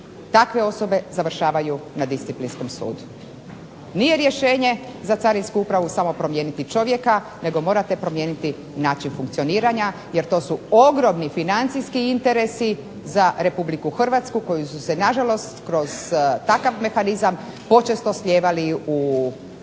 takve osobe završavaju na disciplinskom sudu. Nije rješenje za Carinsku upravu samo promijeniti čovjeka nego morate promijeniti način funkcioniranja jer to su ogromni financijski interesi za RH koji su se nažalost kroz takav mehanizam počesto slijevali u privatne